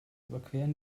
überqueren